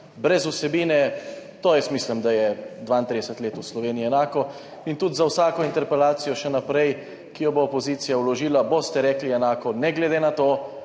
brez vsebine, to jaz mislim, da je 32 let v Sloveniji enako in tudi za vsako interpelacijo še naprej, ki jo bo opozicija vložila, boste rekli enako, ne glede na to